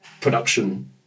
production